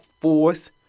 force